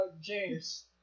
James